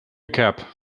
cup